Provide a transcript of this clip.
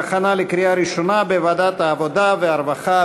התשע"ד 2013, לדיון מוקדם בוועדת הכלכלה נתקבלה.